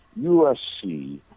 USC